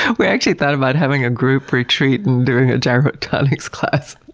we actually thought about having a group retreat and doing a gyrotonics class.